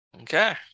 Okay